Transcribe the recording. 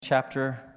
chapter